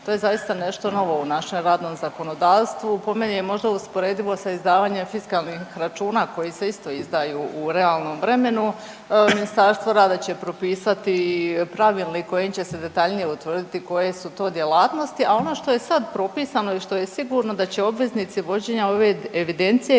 To je zaista nešto novo u našem radnom zakonodavstvu, po meni je možda usporedivo sa izdavanjem fiskalnih računa koji se isto izdaju u realnom vremenu, Ministarstvo rada će propisati pravilnik kojim će se detaljnije utvrditi koje su to djelatnosti, a ono što je sad propisano i što je sigurno da će obveznici vođenja ove evidencije